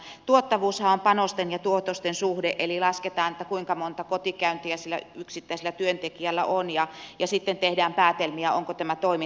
tuottavuushan on panosten ja tuotosten suhde eli lasketaan kuinka monta kotikäyntiä sillä yksittäisellä työntekijällä on ja sitten tehdään päätelmiä onko tämä toiminta tuottavaa